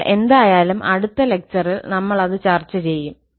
അതിനാൽ എന്തായാലും അടുത്ത ലെക്ചറിൽ നമ്മൾ അത് ചർച്ച ചെയ്യും